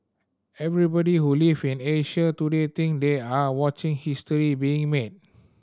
everybody who live in Asia today think they are watching history being made